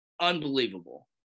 unbelievable